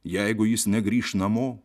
jeigu jis negrįš namo